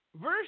verse